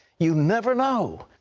you never know,